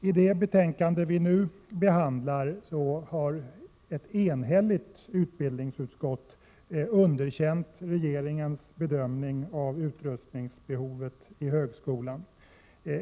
I det betänkande vi nu behandlar har ett enhälligt utbildningsutskott underkänt regeringens bedömning av utrustningsbehoven i högskolan.